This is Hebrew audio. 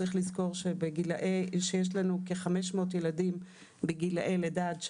צריך לזכור שיש לנו כ-500 ילדים בגילאי לידה עד שלוש,